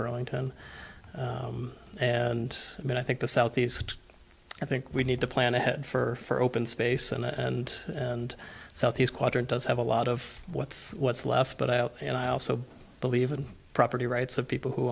burlington and then i think the southeast i think we need to plan ahead for open space and and southeast quadrant does have a lot of what's what's left but out and i also believe in property rights of people who